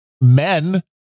men